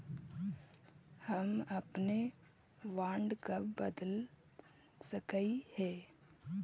हम अपने बॉन्ड कब बदले सकलियई हे